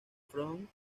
front